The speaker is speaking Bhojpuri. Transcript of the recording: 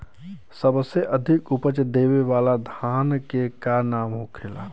सबसे अधिक उपज देवे वाला धान के का नाम होखे ला?